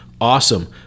Awesome